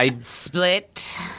split